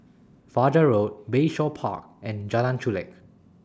Fajar Road Bayshore Park and Jalan Chulek